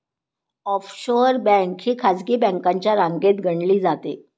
offshore bank ही खासगी बँकांच्या रांगेत गणली जाते